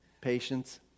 patience